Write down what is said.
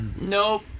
Nope